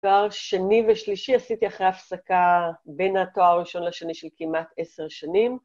תואר שני ושלישי עשיתי אחרי הפסקה בין התואר הראשון לשני של כמעט עשר שנים.